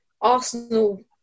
Arsenal